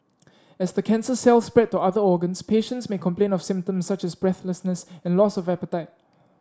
as the cancer cells spread to other organs patients may complain of symptoms such as breathlessness and loss of appetite